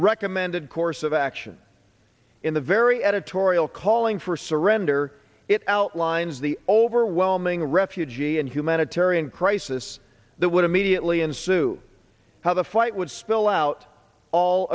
recommended course of action in the very editorial calling for surrender it outlines the overwhelming refugee and humanitarian crisis that would immediately ensue how the fight would spill out all